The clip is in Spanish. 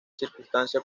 circunstancia